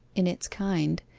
in its kind,